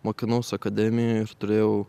mokinaus akademijoj ir turėjau